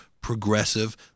progressive